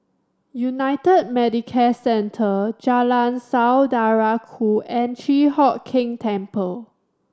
United Medicare Centre Jalan Saudara Ku and Chi Hock Keng Temple